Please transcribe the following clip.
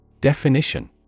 Definition